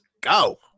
go